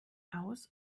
aus